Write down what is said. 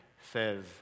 says